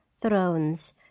thrones